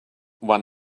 one